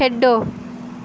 खेढो